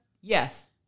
Yes